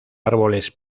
árboles